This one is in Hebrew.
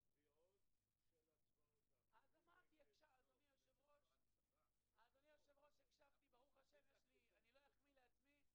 עוד דבר אחד, לגבי ההשלכות הכספיות.